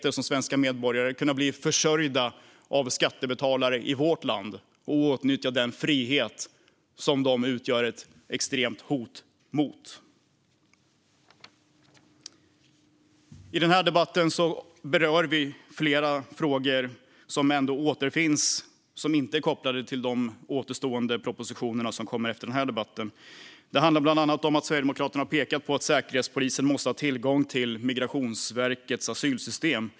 De kan som svenska medborgare bli försörjda av skattebetalare i vårt land och åtnjuta den frihet som de utgör ett extremt hot mot. I den här debatten berör vi flera frågor som inte är kopplade till de återstående propositionerna som kommer efter den här debatten. Det handlar bland annat om att Sverigedemokraterna har pekat på att Säkerhetspolisen måste ha tillgång till Migrationsverkets asylsystem.